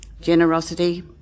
generosity